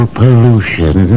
pollution